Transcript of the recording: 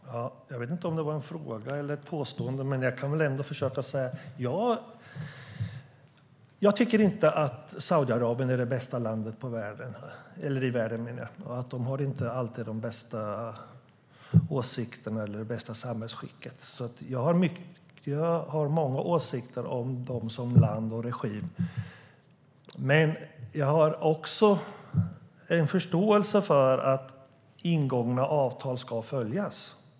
Herr talman! Jag vet inte om det var en fråga eller ett påstående. Jag kan ändå säga följande. Jag tycker inte att Saudiarabien är det bästa landet i världen. Det har inte alltid de bästa åsikterna eller det bästa samhällsskicket. Jag har många åsikter om det som land och som regim. Jag har också en förståelse för att ingångna avtal ska följas.